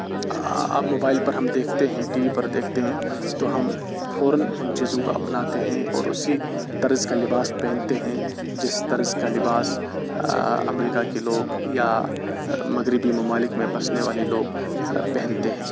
اب موبائل پر ہم دیکھتے ہیں ٹی وی پر دیکھتے ہیں تو ہم فوراً ان چیزوں کو اپناتے ہیں اور اسی طرز کا لباس پہنتے ہیں جس طرز کا لباس امریکہ کے لوگ یا مغربی ممالک میں بسنے والے لوگ پہنتے ہیں